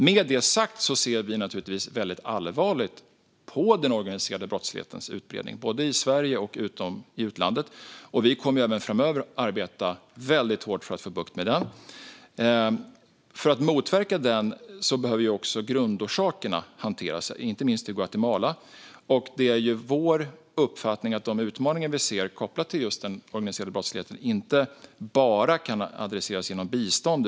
Med det sagt ser vi naturligtvis allvarligt på den organiserade brottslighetens utbredning, både i Sverige och i utlandet, och vi kommer även framöver att arbeta väldigt hårt för att få bukt med den. För motverka den behöver också grundorsakerna hanteras, inte minst i Guatemala. Det är vår uppfattning att de utmaningar vi ser kopplade till den organiserade brottsligheten inte kan adresseras enbart genom bistånd.